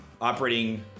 operating